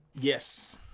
Yes